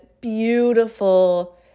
beautiful